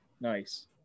nice